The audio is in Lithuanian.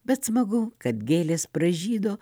bet smagu kad gėlės pražydo